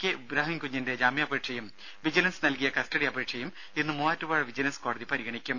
K Ibrahim കുഞ്ഞിന്റെ ജാമ്യാപേക്ഷയും vigilance നൽകിയ കസ്റ്റഡി അപേക്ഷയും ഇന്ന് മൂവാറ്റുപുഴ വിജിലൻസ് കോടതി പരിഗണിക്കും